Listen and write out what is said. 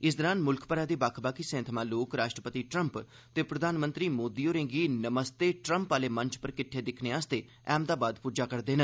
इस दौरान मुल्ख भरै दे बक्ख बक्ख हिस्सें थमां लोक राष्ट्रपति ट्रम्प ते प्रधानमंत्री मोदी होरेंगी नमस्ते ट्रम्प आले मंच पर किट्ट दिक्खने आस्तै अहमदाबाद पुज्जार'देन